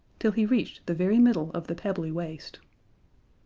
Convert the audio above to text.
till he reached the very middle of the pebbly waste.